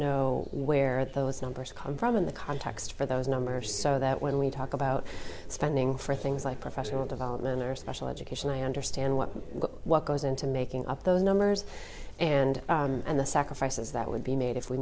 know where those numbers come from in the context for those number so that when we talk about spending for things like professional development or special education i understand what what goes into making up those numbers and and the sacrifices that would be made if we